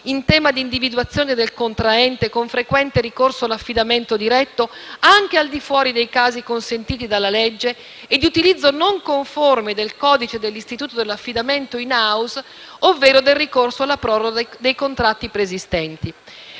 in tema di individuazione del contraente, con frequente ricorso all'affidamento diretto, anche al di fuori dei casi consentiti dalla legge e di utilizzo non conforme del codice dell'istituto dell'affidamento *in house,* ovvero del ricorso alla proroga dei contratti preesistenti.